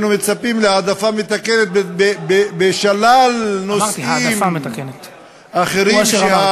היינו מצפים להעדפה מתקנת בשלל נושאים אחרים.